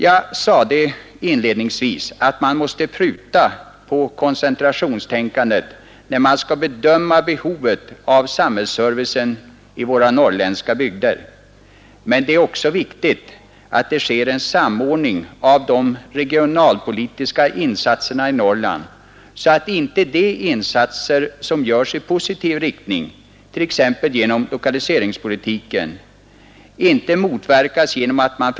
Jag sade inledningsvis att man måste pruta på koncentrationstänkandet när man skall bedöma behovet av samhällsservice i våra norrländska bygder, men det är också viktigt att vi får en samordning av de regionalpolitiska insatserna i Norrland, så att inte de insatser som görs i positiv riktning, t.ex. genom lokaliseringspolitiken, motverkas därför att man.